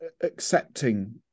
accepting